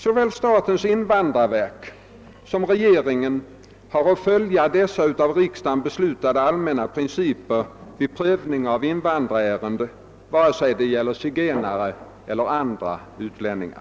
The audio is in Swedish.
Såväl statens invandrarverk som regeringen har att följa dessa av riksdagen beslutade allmänna principer vid prövningen av invandrarärenden, vare sig de gäller zigenare eller andra utlänningar.